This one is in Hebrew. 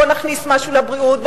בוא נכניס משהו לבריאות,